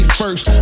first